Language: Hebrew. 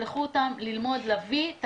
תשלחו אותם ללמוד, להביא,